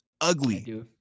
ugly